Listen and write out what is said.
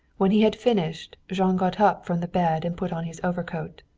when he had finished jean got up from the bed and put on his overcoat.